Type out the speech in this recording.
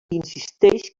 insisteix